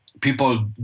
people